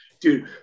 Dude